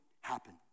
happen